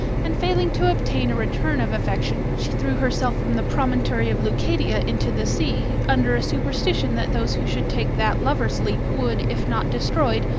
and failing to obtain a return of affection she threw herself from the promontory of leucadia into the sea, under a superstition that those who should take that lover's-leap would, if not destroyed,